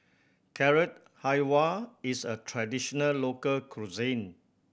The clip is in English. Carrot Halwa is a traditional local cuisine